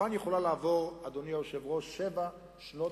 יפן יכולה לעבור, אדוני היושב-ראש, שבע שנות